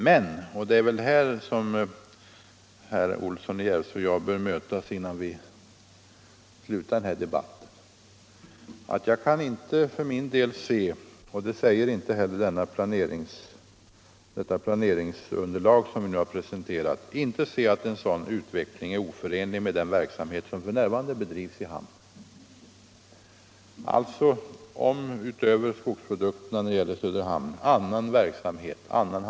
Men — och det är väl här som herr Olsson och jag bör mötas, innan vi slutar denna debatt — jag kan inte för min del se, och det säger inte heller det planeringsunderlag som vi här har presenterat, att en sådan utveckling är oförenlig med den verksamhet som f.n. bedrivs i hamnen. Om man alltså där har annan hamnverksamhet än den nuvarande med skogsprodukter, eller om sådan verksamhet tillkommer, så finns det inget motsatsförhållande i det konstaterandet.